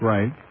Right